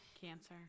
Cancer